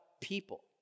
people